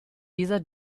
dieser